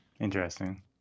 interesting